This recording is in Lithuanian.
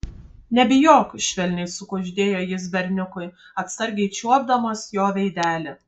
nebijok švelniai sukuždėjo jis berniukui atsargiai čiuopdamas jo veidelį